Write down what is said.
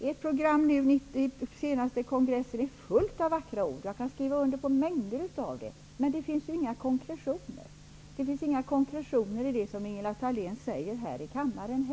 Ert program från er senaste kongress är fullt av vackra ord. Jag kan skriva under mängder av dessa ord. Men det finns inga konkretioner -- inte heller i det som Ingela Thalén säger här i kammaren.